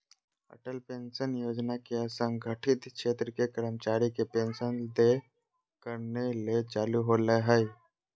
Atal pension योजना के असंगठित क्षेत्र के कर्मचारी के पेंशन देय करने ले चालू होल्हइ